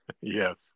Yes